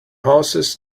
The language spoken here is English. hostess